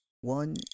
one